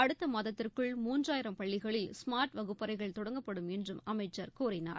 அடுத்த மாதத்திற்குள் மூன்றாயிரம் பள்ளிகளில் ஸ்மார்ட் வகுப்பறைகள் தொடங்கப்படும் என்றும் அமைச்சர் கூறினார்